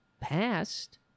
passed